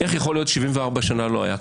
איך יכול להיות ש-74 שנים לא היה.